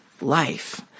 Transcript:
life